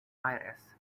aires